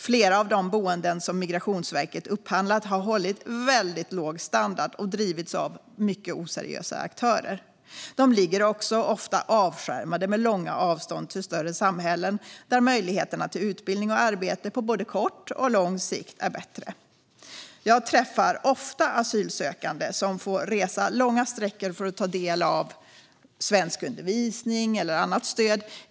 Flera av de boenden som Migrationsverket har upphandlat har hållit väldigt låg standard och drivits av mycket oseriösa aktörer. De ligger ofta avskärmade med långa avstånd till större samhällen där möjligheter till utbildning och arbete på både kort och lång sikt är bättre. Jag träffar ofta asylsökande som får resa långa sträckor för att ta del av svenskundervisning eller annat stöd.